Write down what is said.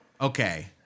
Okay